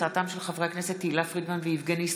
בהצעתה של חברת הכנסת מרב מיכאלי בנושא: